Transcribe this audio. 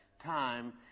time